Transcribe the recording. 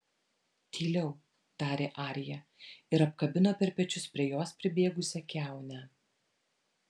tyliau tarė arija ir apkabino per pečius prie jos pribėgusią kiaunę